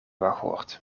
wachtwoord